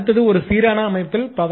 அடுத்தது ஒரு சீரான அமைப்பில் பவர்